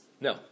no